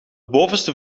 bovenste